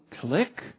click